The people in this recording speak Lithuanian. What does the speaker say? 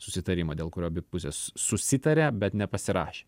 susitarimą dėl kurio abi pusės susitarė bet nepasirašė